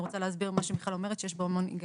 רוצה להסביר מה שמיכל אומרת שיש בו המון היגיון.